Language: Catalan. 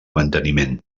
manteniment